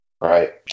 right